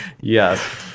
yes